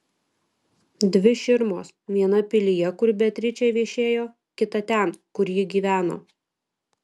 dvi širmos viena pilyje kur beatričė viešėjo kita ten kur ji gyveno